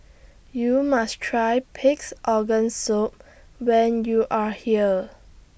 YOU must Try Pig'S Organ Soup when YOU Are here